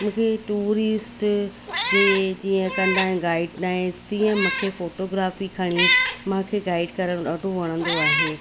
मूंखे टूरिस्ट जे जीअं कंदा आहिनि गाइडलाइंस तीअं मूंखे फ़ोटोग्राफी खणी मूंखे गाइड करणु ॾाढो वणंदो आहे